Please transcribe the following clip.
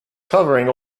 covering